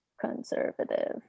conservative